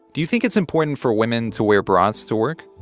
do you think it's important for women to wear bras to work?